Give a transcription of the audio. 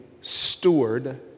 steward